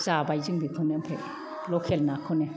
जाबाय जों बेखौनो ओमफ्राय लखेल नाखौनो